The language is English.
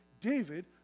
David